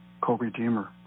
co-redeemer